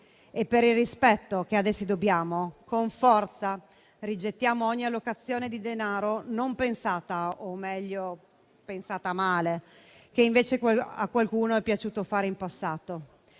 e, per il rispetto che ad essi dobbiamo, con forza rigettiamo ogni allocazione di denaro non pensata, o meglio pensata male, che invece a qualcuno è piaciuto fare in passato.